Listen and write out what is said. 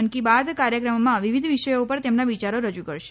મન કી બાત કાર્યક્રમમાં વિવિધ વિષયો ઉપર તેમના વિચારો રજુ કરશે